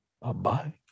Bye-bye